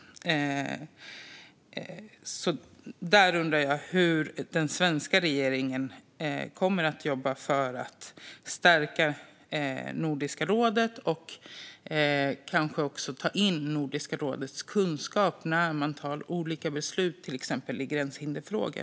Jag undrar hur den svenska regeringen kommer att jobba för att stärka Nordiska rådet och kanske också ta in dess kunskap när man tar olika beslut, till exempel i gränshinderfrågor.